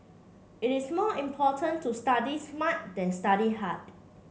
it is more important to study smart than study hard